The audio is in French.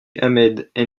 ahmed